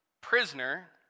prisoner